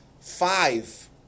five